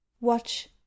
Watch